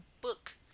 book